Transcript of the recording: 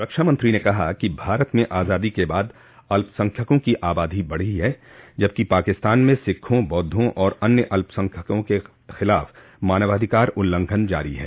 रक्षा मंत्री ने कहा कि भारत में आजादी के बाद अल्पसंख्यकों की आबादी बढ़ी है जबकि पाकिस्तान में सिखों बौद्धों और अन्य अल्पसंख्यकों के खिलाफ मानवाधिकार उल्लंघन जारी है